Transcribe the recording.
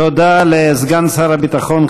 תודה לסגן שר הביטחון,